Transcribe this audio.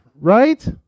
right